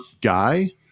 guy